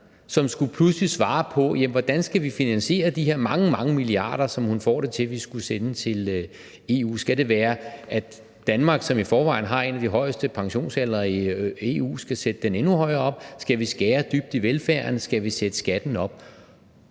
som pludselig skulle svare på, hvordan vi skal finansiere de her mange, mange milliarder, som hun fik det til vi skulle sende til EU. Skal Danmark, som i forvejen har en af de højeste pensionsaldre i EU, sætte den endnu højere op? Skal vi skære dybt i velfærden? Skal vi sætte skatten op?